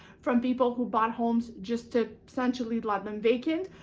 from people who bought homes just to essentially leave them vacant,